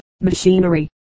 machinery